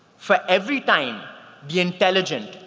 for every time the intelligent,